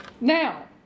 Now